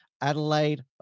Adelaide